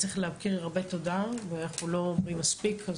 צריך להוקיר הרבה תודה ואנחנו לא אומרים מספיק.